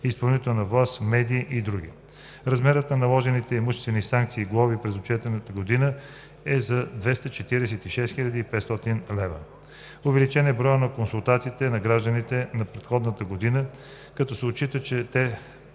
изпълнителна власт, медии и други. Размерът на наложените имуществени санкции и глоби през отчетната година е за 246 хил. 500 лв. Увеличен е броят на консултациите на граждани за предходната година, като се отчита, че те